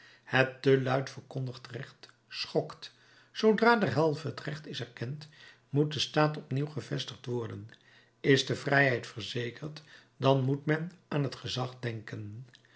het te luid verkondigd recht schokt zoodra derhalve het recht is erkend moet de staat opnieuw gevestigd worden is de vrijheid verzekerd dan moet men aan het gezag denken